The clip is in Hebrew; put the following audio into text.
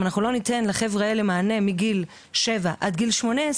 אם אנחנו לא ניתן לחבר'ה האלה מענה מגיל שבע עד גיל 18,